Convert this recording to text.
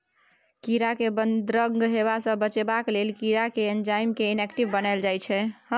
कीरा केँ बदरंग हेबा सँ बचेबाक लेल कीरा केर एंजाइम केँ इनेक्टिब बनाएल जाइ छै